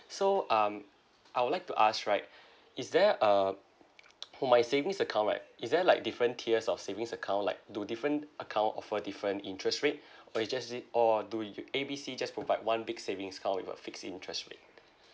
so um I would like to ask right is there a for my savings account right is there like different tiers of savings account like do different account offer different interest rate or is just it or do you A B C just provide one big savings account with a fixed interest rate